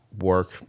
work